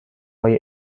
های